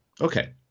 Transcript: okay